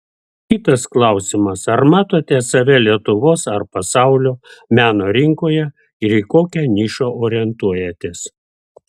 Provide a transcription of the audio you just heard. kitas klausimas ar matote save lietuvos ar pasaulio meno rinkoje ir į kokią nišą orientuojatės